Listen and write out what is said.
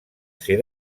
ser